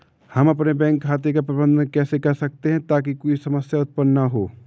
हम अपने बैंक खाते का प्रबंधन कैसे कर सकते हैं ताकि कोई समस्या उत्पन्न न हो?